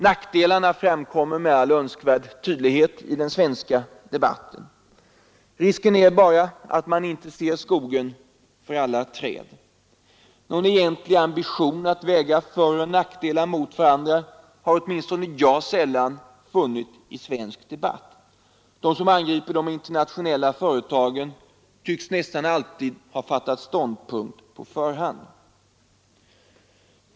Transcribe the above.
Nackdelarna framkommer med all önskvärd tydlighet i den svenska debatten. Risken är att man inte ser skogen för alla träd. Någon egentlig ambition att väga föroch nackdelar mot varandra har åtminstone jag sällan funnit i svensk debatt. De som angriper de internationella företagen tycks nästan alltid ha fattat ståndpunkt på förhand.